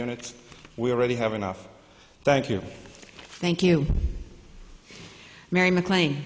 units we already have enough thank you thank you mary mclean